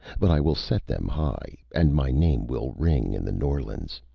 but i will set them high, and my name will ring in the norlands!